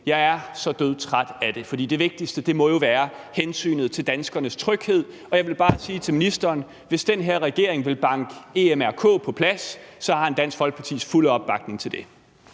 Jeg er så dødtræt af det, for det vigtigste må jo være hensynet til danskernes tryghed, og jeg vil bare sige til ministeren: Hvis den her regering vil banke EMRK på plads, har den Dansk Folkepartis fulde opbakning til det.